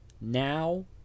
now